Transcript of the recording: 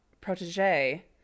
protege